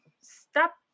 stop